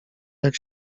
jak